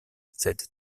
sed